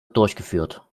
durchgeführt